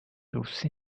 russi